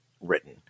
written